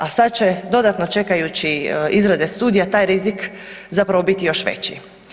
A sad će dodatno čekajući izrade studija taj rizik zapravo biti još veći.